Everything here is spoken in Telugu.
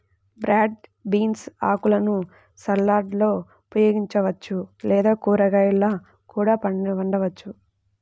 బ్రాడ్ బీన్స్ ఆకులను సలాడ్లలో ఉపయోగించవచ్చు లేదా కూరగాయలా కూడా వండవచ్చు